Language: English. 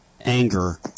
anger